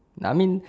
I mean